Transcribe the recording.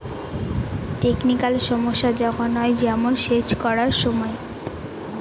technical সমস্যা যখন হয়, যেমন সেচ করার সময়